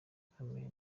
ikomeye